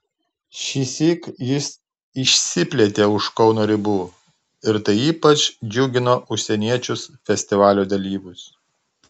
šįsyk jis išsiplėtė už kauno ribų ir tai ypač džiugino užsieniečius festivalio dalyvius